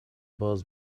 باز